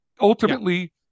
Ultimately